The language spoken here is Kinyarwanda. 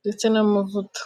ndetse n'amavuta.